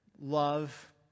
love